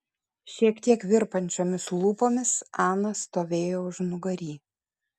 šiek tiek virpančiomis lūpomis ana stovėjo užnugary